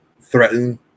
threaten